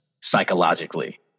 psychologically